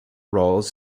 roles